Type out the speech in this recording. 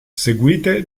seguite